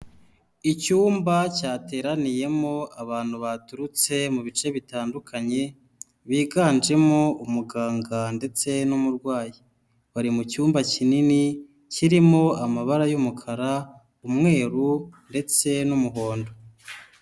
Icyumba cyateraniyemo abantu baturutse mu bice bitandukanye biganjemo umuganga ndetse n'umurwayi bari mu cyumba kinini kirimo amabara y'umukara, umweru ndetse n'umuhondo.